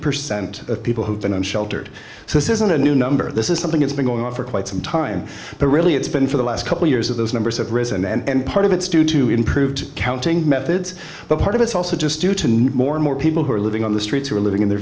percent of people who've been sheltered so this isn't a new number this is something that's been going on for quite some time but really it's been for the last couple years of those numbers have risen and part of it's due to improved accounting methods but part of it's also just due to need more and more people who are living on the streets who are living in their